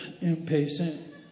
impatient